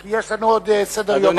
יש לנו עוד סדר-יום ארוך.